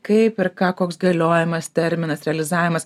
kaip ir ką koks galiojimas terminas realizavimas